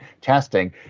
testing